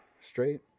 straight